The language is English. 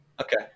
Okay